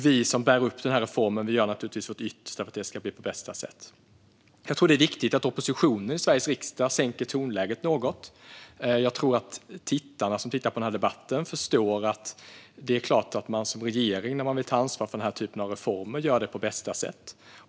Vi som bär upp den här reformen gör naturligtvis vårt yttersta för att det ska bli på bästa sätt. Jag tror att det är viktigt att oppositionen i Sveriges riksdag sänker tonläget något. Jag tror att de som tittar på debatten förstår att man som regering när man vill ta ansvar för den här typen av reformer gör det på bästa sätt.